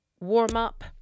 warm-up